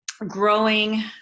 growing